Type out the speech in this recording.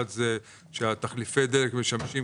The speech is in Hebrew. אחד מדבר על זה שתחליפי הדלק משמשים